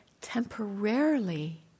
temporarily